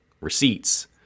receipts